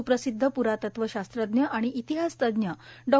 सुप्रसिद्ध पुरातत्व षास्त्रज्ञ आणि इतिहासतज्ञ डॉ